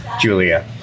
Julia